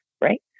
right